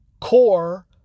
core